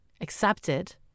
accepted